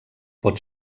pot